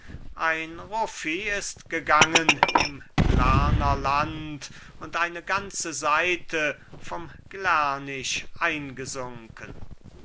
ein ruffi ist gegangen im glarner land und eine ganze seite vom glärnisch eingesunken